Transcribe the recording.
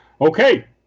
Okay